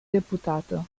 deputato